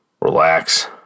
relax